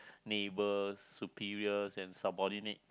neighbors superiors and subordinate